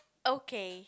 okay